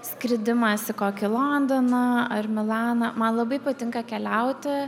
skridimas į kokį londoną ar milaną man labai patinka keliauti